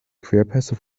querpässe